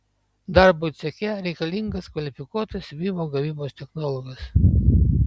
darbui ceche reikalingas kvalifikuotas siuvimo gamybos technologas